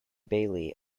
bailey